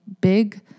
big